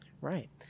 right